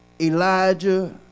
Elijah